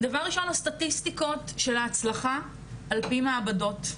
דבר ראשון, סטטיסטיקות של הצלחה על פי מעבדות.